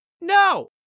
No